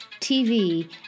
TV